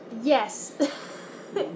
Yes